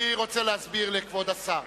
אדוני היושב-ראש, אני רוצה להסביר לכבוד השר.